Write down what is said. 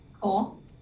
cool